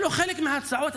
אלו חלק מההצעות,